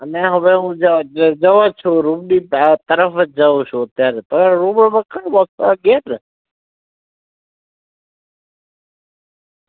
અને હવે હું જ જ જાઉં છું રૂમની તરફ જ જાઉં છું ત્યારે તમે રૂમ